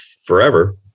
forever